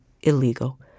illegal